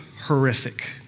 horrific